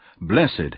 Blessed